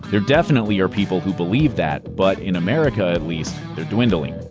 there definitely are people who believe that, but in america, at least, they're dwindling.